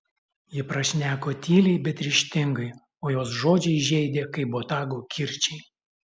ji prašneko tyliai bet ryžtingai o jos žodžiai žeidė kaip botago kirčiai